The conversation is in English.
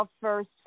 first